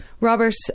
Robert